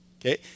okay